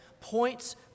points